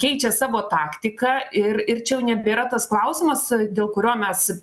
keičia savo taktiką ir ir čia jau nebėra tas klausimas dėl kurio mes